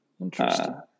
Interesting